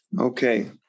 Okay